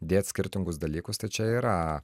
dėt skirtingus dalykus tai čia yra